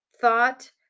thought